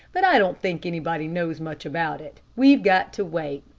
but i don't think anybody knows much about it. we've got to wait.